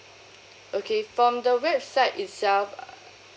okay from the website itself uh